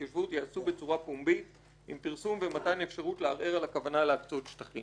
ייעשו בצורה פומבית עם פרסום ומתן אפשרות לערער על הכוונה להקצות שטחים.